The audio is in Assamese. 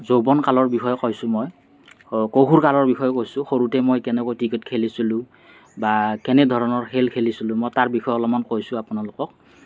যৌৱন কালৰ বিষয়ে কৈছোঁ মই কৈশোৰ কালৰ বিষয়ে কৈছোঁ সৰুতে মই কেনেকৈ ক্ৰিকেট খেলিছিলোঁ বা কেনেধৰণৰ খেল খেলিছিলোঁ মই তাৰ বিষয়ে অলপমান কৈছোঁ আপোনালোকক